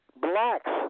blacks